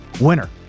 Winner